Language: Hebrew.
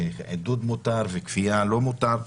עידוד מותר וכפייה לא מותר,